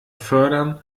fördern